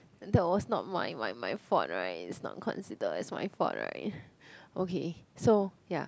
that was not my my my fault right is not consider as my fault right okay so ya